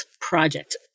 Project